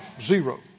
Zero